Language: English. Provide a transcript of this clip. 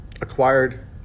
acquired